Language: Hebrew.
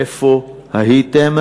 איפה הייתם?